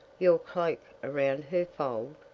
your cloak around her fold?